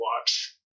watch